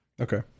Okay